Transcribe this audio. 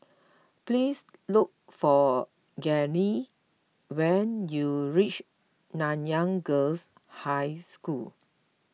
please look for Dagny when you reach Nanyang Girls' High School